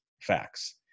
facts